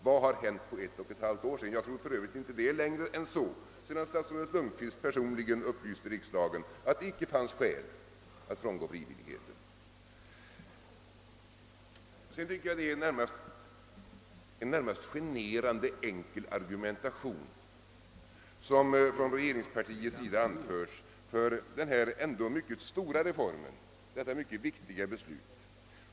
Vad har hänt på ett och ett halvt år? Jag tror för övrigt inte att det är längre än så sedan statsrådet Lundkvist personligen upplyste riksdagen om att det icke fanns skäl att frångå frivilligheten. Sedan tycker jag det är en närmast generande enkel argumentation som från regeringspartiets sida anförs för denna ändå mycket stora reform, detta mycket viktiga beslut.